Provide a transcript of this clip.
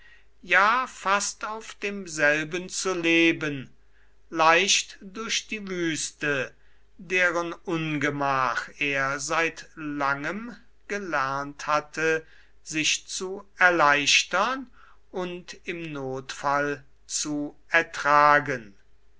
ja fast auf demselben zu leben leicht durch die wüste deren ungemach er seit langem gelernt hatte sich zu erleichtern und im notfall zu ertragen